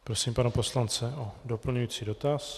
Prosím pana poslance o doplňující dotaz.